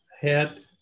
head